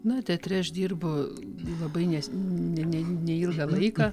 na teatre aš dirbu labai nes ne ne neilgą laiką